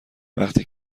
وفتی